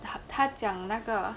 他讲那个